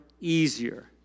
easier